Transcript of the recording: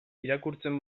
irakurtzen